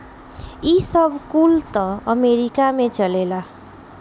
ई सब कुल त अमेरीका में चलेला